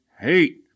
hate